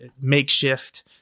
makeshift